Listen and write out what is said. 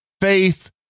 faith